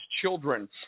children